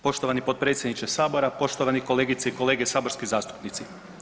Poštovani potpredsjedniče Sabora, poštovani kolegice i kolege saborski zastupnici.